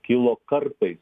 kilo kartais